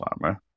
farmer